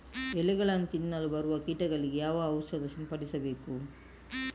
ಎಲೆಗಳನ್ನು ತಿನ್ನಲು ಬರುವ ಕೀಟಗಳಿಗೆ ಯಾವ ಔಷಧ ಸಿಂಪಡಿಸಬೇಕು?